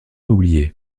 oublié